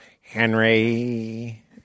Henry